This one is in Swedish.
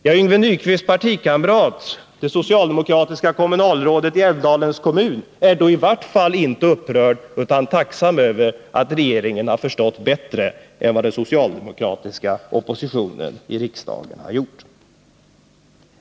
Ja, Yngve Nyquists partikamrat, det socialdemokratiska kommunalrådet i Älvdalens kommun är i vart fall inte upprörd utan tacksam över att regeringen har förstått saken bättre än vad den socialdemokratiska oppositionen i riksdagen har gjort.